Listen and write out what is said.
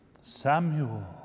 Samuel